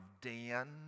Dan